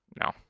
No